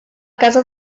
casa